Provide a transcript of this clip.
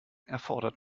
erfordert